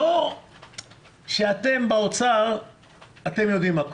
אתם באוצר אתם יודעים הכול,